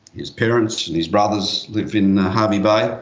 his parents and his brothers lived in harvey bay.